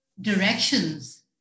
directions